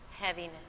heaviness